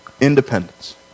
independence